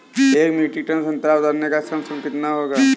एक metric ton संतरा उतारने का श्रम शुल्क कितना होगा?